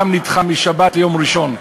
נדחה משבת ליום ראשון.